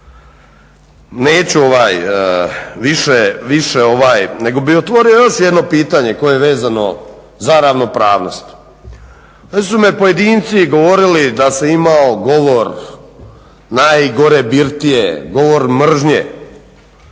Neću više, nego bi otvorio još jedno pitanje koje je vezano za ravnopravnost. Ovdje su mi pojedini govorili da sam imao govor najgore birtije, govor mržnje,